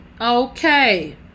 Okay